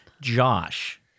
Josh